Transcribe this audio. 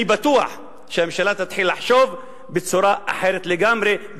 אני בטוח שהממשלה תתחיל לחשוב בצורה אחרת לגמרי,